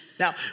Now